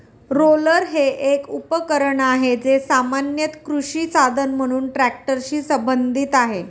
roller हे एक उपकरण आहे, जे सामान्यत कृषी साधन म्हणून ट्रॅक्टरशी संबंधित आहे